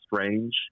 Strange